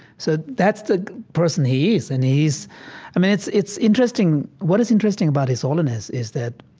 so that's the person he is and he is i mean, it's it's interesting what is interesting about his holiness is that